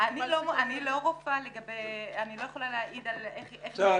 אני לא יכולה להעיד על איך היא --- בסדר,